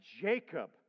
Jacob